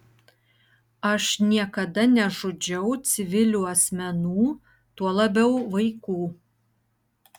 aš niekada nežudžiau civilių asmenų tuo labiau vaikų